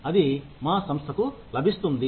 అది మా సంస్థకు లభిస్తుంది